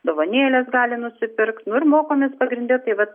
dovanėles gali nusipirkt nu ir mokomės pagrinde tai vat